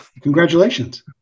Congratulations